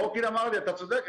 נורקין אמר לי, אתה צודק,